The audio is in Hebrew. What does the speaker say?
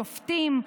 שופטים,